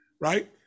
right